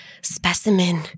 specimen